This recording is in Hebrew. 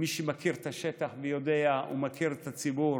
ממי שמכיר את השטח ויודע ומכיר את הציבור